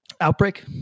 outbreak